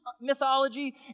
mythology